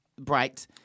bright